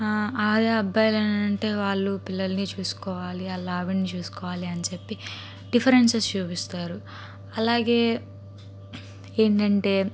అదే అబ్బాయిలనంటే వాళ్లు పిల్లల్ని చూసుకోవాలి ఆళ్ళ ఆవిడను చూసుకోవాలి అని చెప్పి డిఫరెన్సెస్ చూపిస్తారు అలాగే ఏంటంటే